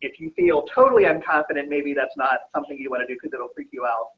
if you feel totally i'm confident, maybe that's not something you you want to do, because it will freak you out.